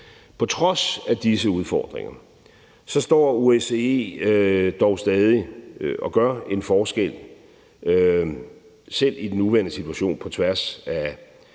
På trods af disse udfordringer står OSCE dog stadig og gør selv i den nuværende situation en forskel